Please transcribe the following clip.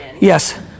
Yes